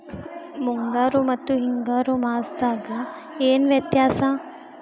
ಮುಂಗಾರು ಮತ್ತ ಹಿಂಗಾರು ಮಾಸದಾಗ ಏನ್ ವ್ಯತ್ಯಾಸ?